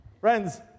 Friends